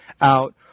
out